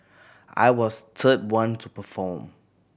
I was the third one to perform